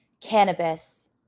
Cannabis